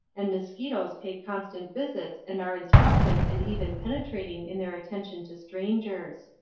and mosquitoes pay constant visits and are instructive and even penetrating in their attention to strangers.